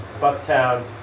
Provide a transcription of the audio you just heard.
Bucktown